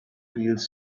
feels